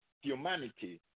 humanity